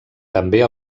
també